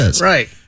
Right